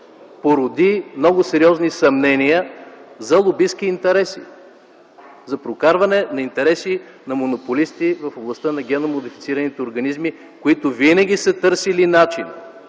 породи много сериозни съмнения за лобистки интереси, за прокарване на интереси на монополисти в областта на генно модифицираните организми, които винаги са търсили начин